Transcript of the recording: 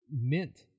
mint